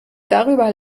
darüber